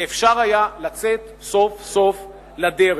ואפשר היה לצאת סוף-סוף לדרך.